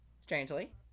Strangely